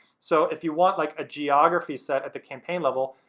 so if you want like a geography set at the campaign level,